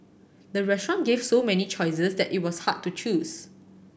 the restaurant gave so many choices that it was hard to choose